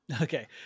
Okay